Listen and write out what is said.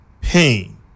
pain